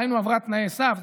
דהיינו עברה תנאי סף,